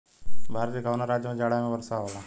भारत के कवना राज्य में जाड़ा में वर्षा होला?